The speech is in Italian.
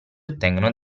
ottengono